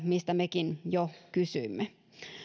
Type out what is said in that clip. mistä mekin jo kysyimme